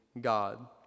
God